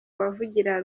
bavugira